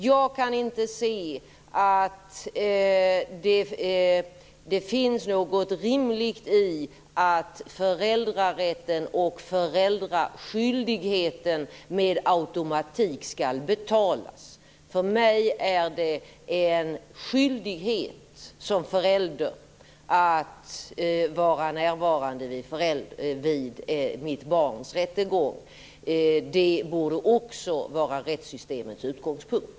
Jag kan inte se att det finns något rimligt i att föräldrarätten och föräldraskyldigheten med automatik skall betalas. För mig är det en skyldighet som förälder att vara närvarande vid mitt barns rättegång. Det borde också vara rättssystemets utgångspunkt.